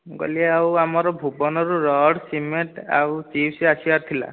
ମୁଁ କହିଲି ଆଉ ଆମର ଭୁବନରୁ ରଡ଼ ସିମେଣ୍ଟ ଆଉ ଚିପ୍ସ ଆସିବାର ଥିଲା